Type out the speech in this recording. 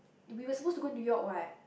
we was supposed to go New York what